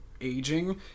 aging